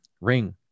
Ring